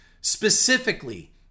Specifically